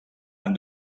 han